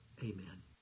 amen